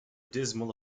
dismal